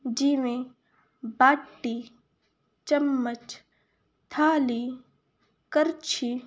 ਜਿਵੇਂ ਬਾਟੀ ਚਮਚ ਥਾਲੀ ਕੜਛੀ